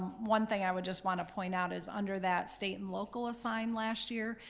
one thing i would just want to point out is under that state and local assign last year,